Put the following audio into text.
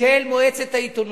של מועצת העיתונות,